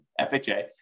FHA